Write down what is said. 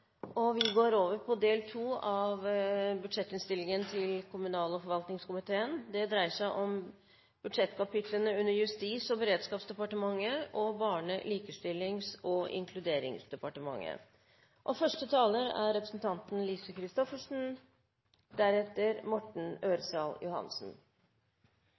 I. Vi går over til del II av budsjettinnstillingen til kommunal- og forvaltningskomiteen. Det dreier seg om budsjettkapitlene under Justis- og beredskapsdepartementet og Barne-, likestillings- og inkluderingsdepartementet. Det er flere mulige innfallsvinkler til en debatt om innvandring og